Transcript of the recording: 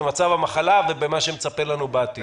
במצב המחלה ובמה שמצפה לנו בעתיד?